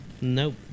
Nope